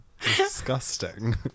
Disgusting